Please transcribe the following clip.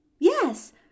Yes